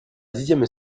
dixième